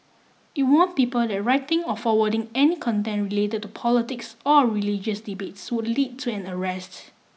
it warned people that writing or forwarding any content related to politics or religious debates would lead to an arrests